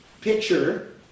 picture